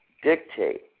dictate